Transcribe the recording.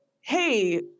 hey